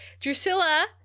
Drusilla